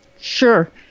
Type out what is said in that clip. Sure